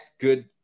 good